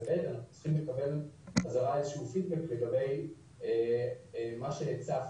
ובי"ת אנחנו צריכים לקבל חזרה איזה שהוא פידבק לגבי מה שהצבתי.